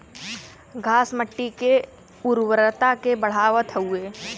घास मट्टी के उर्वरता के बढ़ावत हउवे